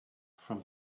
from